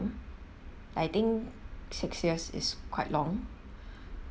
I think six years is quite long